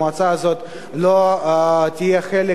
המועצה הזאת לא תהיה חלק